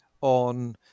on